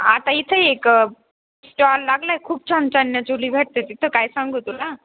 आता इथं एक स्टॉल लागला आहे खूप छान चनिया चोली भेटते तिथं काय सांगू तुला